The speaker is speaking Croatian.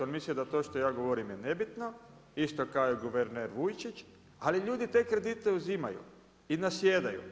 On misli da to što ja govorim je nebitno i što kaže guverner Vujčić, ali ljudi te kredite uzimaju i nasjedaju.